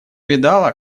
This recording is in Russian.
видала